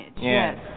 Yes